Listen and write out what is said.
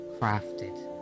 crafted